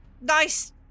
nice